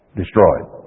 destroyed